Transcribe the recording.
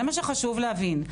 זה מה שחשוב להבין.